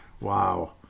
Wow